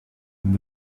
and